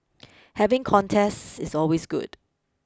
having contests is always good